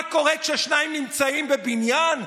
מה קורה כששניים נמצאים בבניין,